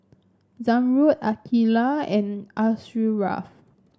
Zamrud Aqeelah and Asharaff